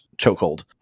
chokehold